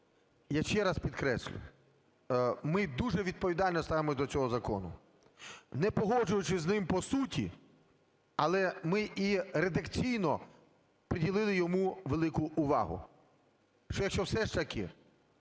Я ще раз підкреслюю, ми дуже відповідально ставимося до цього закону, не погоджуючись з ним по суті, але ми і редакційно приділили йому велику увагу, що все ж таки,